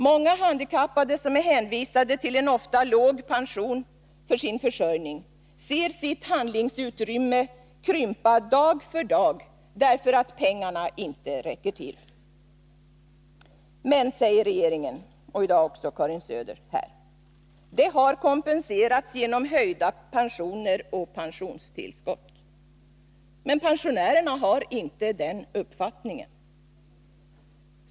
Många handikappade, som är hänvisade till en ofta låg pension för sin försörjning, ser sitt handlingsutrymme krympa dag för dag, därför att pengarna inte räcker till. Men, säger regeringen, och här i dag också Karin Söder, detta har kompenserats genom höjda pensioner och pensionstillskott. Pensionärerna har dock inte den uppfattningen.